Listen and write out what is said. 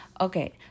Okay